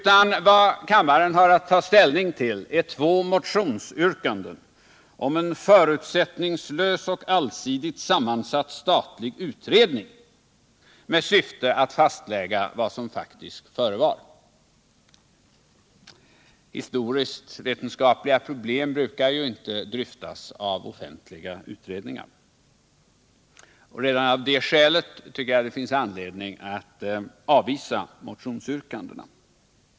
Vad kammarens ledamöter har att ta ställning till är två motionsyrkanden om en förutsättningslös och allsidigt sammansatt statlig utredning med syfte att fastställa vad som faktiskt förevarit. Historisk-vetenskapliga problem brukar ju inte dryftas av offentliga utredningar. Redan av det skälet tycker jag det finns anledning att avvisa motionsyrkandena.